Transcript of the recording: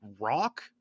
rock